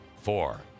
four